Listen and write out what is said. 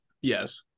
yes